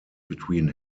between